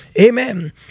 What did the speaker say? Amen